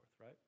right